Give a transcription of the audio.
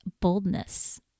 boldness